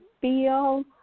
feel